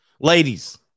ladies